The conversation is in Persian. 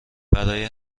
برای